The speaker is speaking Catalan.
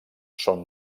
són